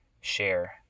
share